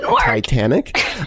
Titanic